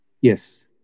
Yes